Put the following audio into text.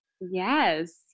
Yes